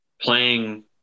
playing